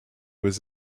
was